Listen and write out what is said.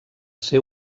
ser